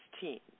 team